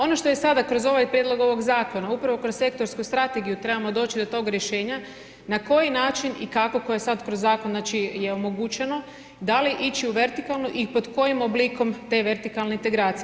Ono što je sada kroz ovaj prijedlog ovog zakona, upravo kroz sektorsku strategiju, trebamo doći do tog rješenja, na koji način i kako koje je sada kroz zakon, znači, je omogućeno, da li ići u vertikalnu i pod kojim oblikom te vertikalne integracije.